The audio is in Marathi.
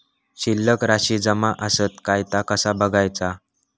शिल्लक राशी जमा आसत काय ता कसा बगायचा?